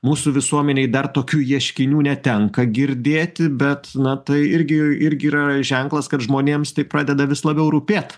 mūsų visuomenėj dar tokių ieškinių netenka girdėti bet na tai irgi irgi yra ženklas kad žmonėms tai pradeda vis labiau rūpėt